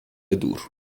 دور